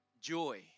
joy